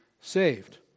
saved